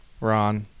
Ron